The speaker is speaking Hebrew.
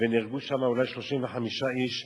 ונהרגו שם אולי 35 איש,